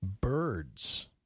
birds